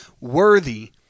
Worthy